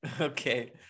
okay